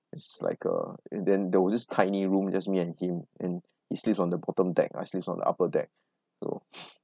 it's like a and there was this tiny room just me and him and he sleeps on the bottom deck I sleeps on the upper deck so